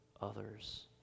others